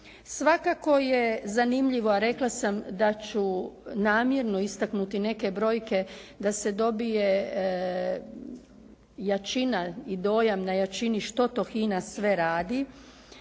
Svakako je zanimljivo a rekla sam da ću namjerno istaknuti neke brojke da se dobije jačina i dojam na jačini što to HINA sve radi